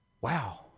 wow